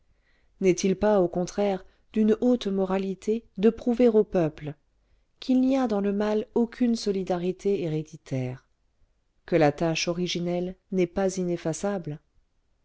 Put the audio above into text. n'est-il pas au contraire d'une haute moralité de prouver au peuple qu'il n'y a dans le mal aucune solidarité héréditaire que la tache originelle n'est pas ineffaçable